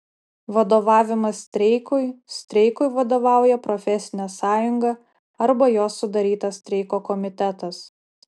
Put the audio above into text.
vadovavimas streikui streikui vadovauja profesinė sąjunga arba jos sudarytas streiko komitetas